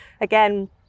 again